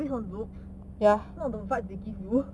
based on looks not about the vibe they give you